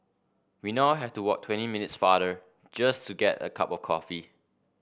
we now have to walk twenty minutes farther just to get a cup of coffee